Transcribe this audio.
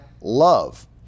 love